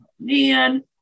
man